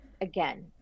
again